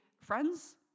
friends